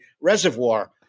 reservoir